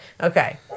Okay